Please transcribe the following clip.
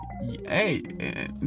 hey